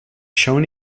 shown